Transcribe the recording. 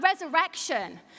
resurrection